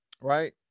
Right